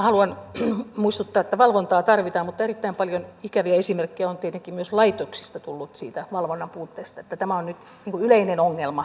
haluan muistuttaa että valvontaa tarvitaan mutta erittäin paljon ikäviä esimerkkejä on tietenkin myös laitoksista tullut siitä valvonnan puutteesta eli tämä on nyt yleinen ongelma